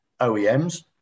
oems